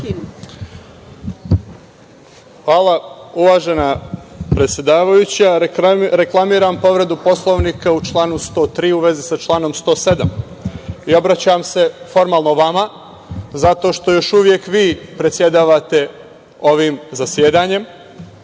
Hvala uvažena predsedavajuća. Reklamiram povredu Poslovnika u članu 103. u vezi sa članom 107.Obraćam se formalno vama zato što još uvek vi predsedavate ovim zasedanjem